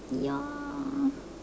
ya